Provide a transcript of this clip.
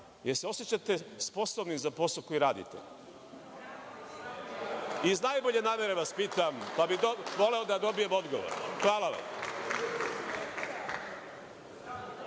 li se osećate sposobnim za posao koji radite? Iz najbolje namere vas pitam, pa bih voleo da dobijem odgovor. Hvala vam.